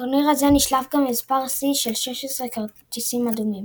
בטורניר זה נשלף גם מספר שיא של 16 כרטיסים אדומים.